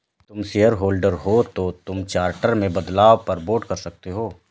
तुम शेयरहोल्डर हो तो तुम चार्टर में बदलाव पर वोट कर सकते हो